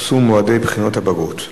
שנושאה: פרסום מועדי בחינות הבגרות.